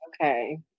okay